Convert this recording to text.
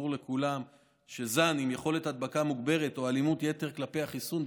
ברור לכולם שזן עם יכולת הדבקה מוגברת או אלימות יתר כלפי החיסון,